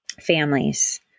families